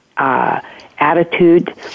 attitude